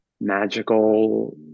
magical